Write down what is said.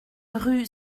rue